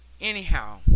Anyhow